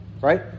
right